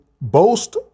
boast